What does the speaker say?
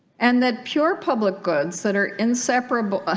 and that pure public goods that are inseparable ah